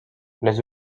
les